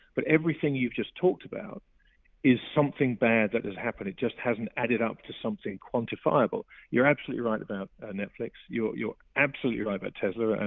but everything you've just talked about is something bad that has happened. it just hasn't added up to something quantifiable. you're absolutely right about ah netflix. you're you're absolutely right about tesla,